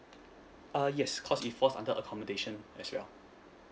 uh yes cause it falls under accommodation as well